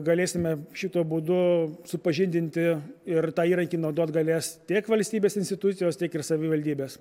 galėsime šituo būdu supažindinti ir tą įrankį naudot galės tiek valstybės institucijos tiek ir savivaldybės